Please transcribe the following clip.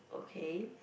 okay